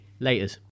Laters